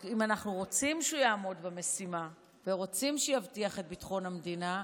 אם אנחנו רוצים שהוא יעמוד במשימה ורוצים שיבטיח את ביטחון המדינה,